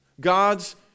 God's